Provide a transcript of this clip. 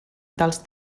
dels